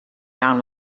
down